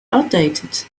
outdated